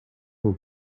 were